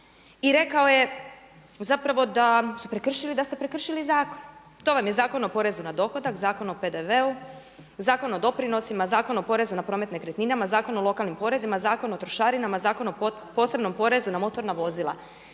i rekao je zapravo da ste prekršili zakon. To vam je Zakon o porezu na dohodak, Zakon o PDV-u, Zakon o doprinosima, Zakon o porezu na promet nekretninama, Zakon o lokalnim porezima, Zakon o trošarinama, Zakon o posebnom porezu na motorna vozila.